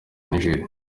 niger